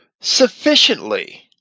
sufficiently